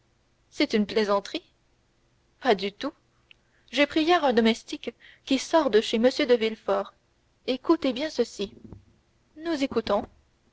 c'est une plaisanterie pas du tout j'ai pris hier un domestique qui sort de chez m de villefort écoutez bien ceci nous écoutons